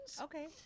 Okay